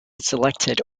selected